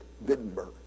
Wittenberg